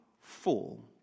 full